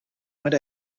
went